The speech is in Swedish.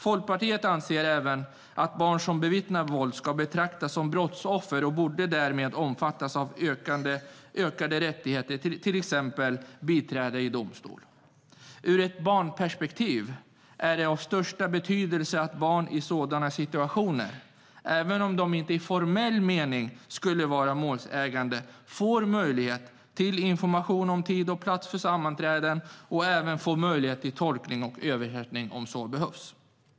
Folkpartiet anser även att barn som bevittnar våld ska betraktas som brottsoffer, och de borde därmed omfattas av ökade rättigheter, till exempel biträde i domstol. Ur ett barnperspektiv är det av största betydelse att barn i sådana situationer, även om de inte i formell mening skulle vara målsägande, får möjlighet till information om tid och plats för sammanträden och även får möjlighet till tolkning och översättning om så behövs.